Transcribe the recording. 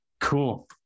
Cool